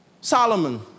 Solomon